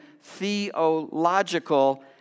theological